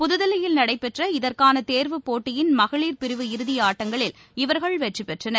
புதுதில்லியில் நடைபெற்ற இதற்கான தேர்வு போட்டியின் மகளிர் பிரிவு இறுதியாட்டங்களில் இவர்கள் வெற்றி பெற்றனர்